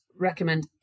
recommend